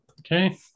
Okay